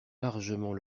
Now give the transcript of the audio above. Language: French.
largement